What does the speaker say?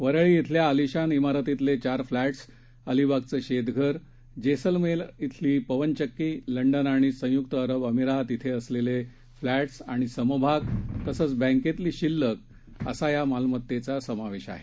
वरळी इथल्या अलिशान इमारतीतले चार फ्लॅट्स अलिबागचं शेतघर जेसलमेर इथली पवनचक्की लंडन आणि संय्क्त अरब अमिरात इथं असलेले फ्लॅट्स समभाग आणि बँकेतली शिल्लक मालमत्तेचा यात समावेश आहे